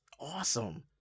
awesome